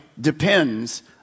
depends